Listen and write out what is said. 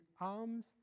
arms